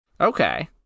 Okay